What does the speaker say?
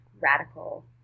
radical